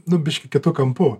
nu biškį kitu kampu